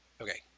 Okay